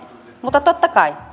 mutta totta kai